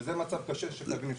וזה מצב קשה שחייבים לפתור.